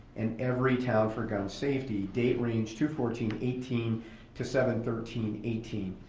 and every town for gun safety range two fourteen eighteen to seven thirteen eighteen.